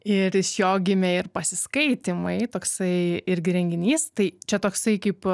ir iš jo gimė ir pasiskaitymai toksai irgi renginys tai čia toksai kaip